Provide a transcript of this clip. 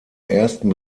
ersten